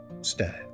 stand